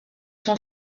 son